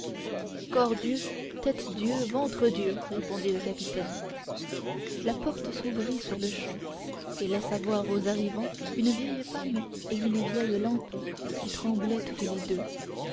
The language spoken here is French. corps dieu tête dieu ventre dieu répondit le capitaine la porte s'ouvrit sur-le-champ et laissa voir aux arrivants une vieille femme et une vieille lampe qui tremblaient toutes deux